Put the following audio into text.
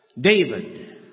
David